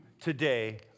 today